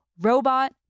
Robot